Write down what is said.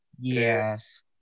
Yes